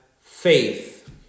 faith